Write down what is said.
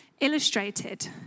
illustrated